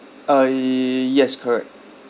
uh y~ yes correct